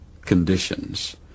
conditions